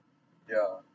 yeah